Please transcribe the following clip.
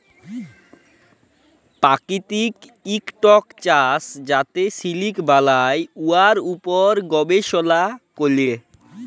পাকিতিক ইকট চাষ যাতে সিলিক বালাই, উয়ার উপর গবেষলা ক্যরে